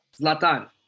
Zlatan